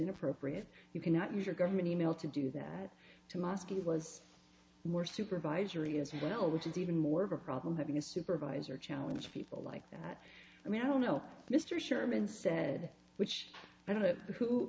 inappropriate you cannot use your government e mail to do that tomasky was more supervisory as well which is even more of a problem having a supervisor challenge people like that i mean i don't know mr sherman said which i don't know who